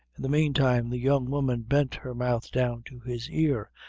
in the meantime, the young woman bent her mouth down to his ear,